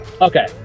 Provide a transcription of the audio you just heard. Okay